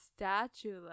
Statula